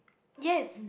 yes